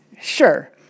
Sure